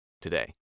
today